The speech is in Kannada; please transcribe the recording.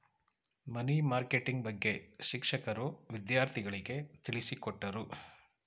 ಮನಿ ಮಾರ್ಕೆಟಿಂಗ್ ಬಗ್ಗೆ ಶಿಕ್ಷಕರು ವಿದ್ಯಾರ್ಥಿಗಳಿಗೆ ತಿಳಿಸಿಕೊಟ್ಟರು